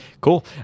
Cool